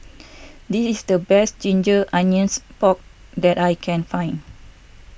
this is the best Ginger Onions Pork that I can find